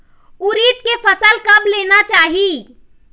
उरीद के फसल कब लेना चाही?